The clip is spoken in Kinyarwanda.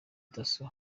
dasso